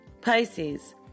Pisces